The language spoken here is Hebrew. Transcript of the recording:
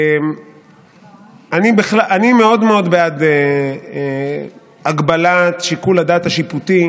אני מאוד מאוד בעד הגבלת שיקול הדעת השיפוטי